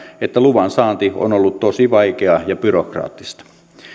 että luvan saanti on ollut tosi vaikeaa ja byrokraattista